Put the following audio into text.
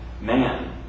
Man